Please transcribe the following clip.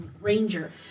ranger